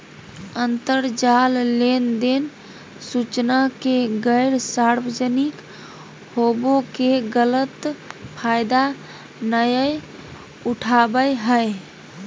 अंतरजाल लेनदेन सूचना के गैर सार्वजनिक होबो के गलत फायदा नयय उठाबैय हइ